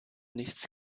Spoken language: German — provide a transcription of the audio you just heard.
nichts